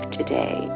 today